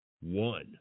one